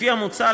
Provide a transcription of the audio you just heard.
לפי המוצע,